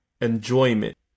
enjoyment